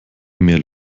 mehr